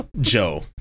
joe